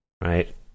Right